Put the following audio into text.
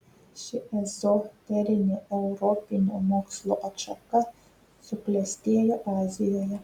ši ezoterinė europinio mokslo atšaka suklestėjo azijoje